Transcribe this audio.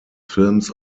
films